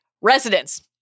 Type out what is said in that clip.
residents